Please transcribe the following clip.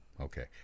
Okay